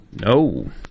No